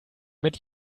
mit